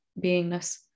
beingness